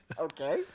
Okay